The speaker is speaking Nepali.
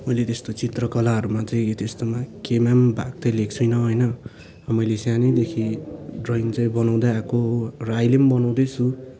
मैले त्यस्तो चित्रकलाहरूमा चाहिँ त्यस्तोमा केहीमा पनि भाग चाहिँ लिएको छुइनँ होइन मैले सानैदेखि ड्रइङ चाहिँ बनाउँदै आएको हो र अहिले पनि बनाउँदैछु